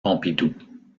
pompidou